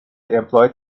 employed